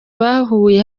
bahuye